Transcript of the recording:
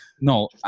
no